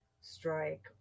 strike